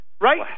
right